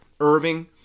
Irving